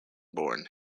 born